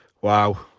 wow